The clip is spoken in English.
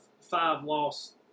five-loss